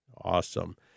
Awesome